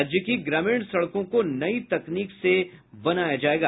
राज्य की ग्रामीण सड़कों को नई तकनीक से बनाया जायेगा